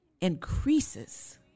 increases